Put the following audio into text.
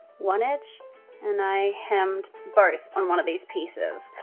one edge and i hemmed both on one of these pieces,